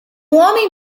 homem